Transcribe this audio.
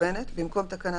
החלפת תקנה 16ב במקום תקנה